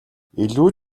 илүү